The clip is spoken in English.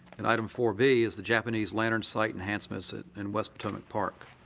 and item four b is the japanese lantern site enhancements in west potomac park.